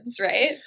right